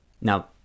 Now